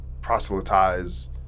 proselytize